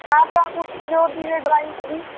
हाँ तो आप उसमें जोड़ दीजिए ड्राइंग का भी